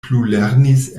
plulernis